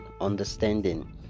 understanding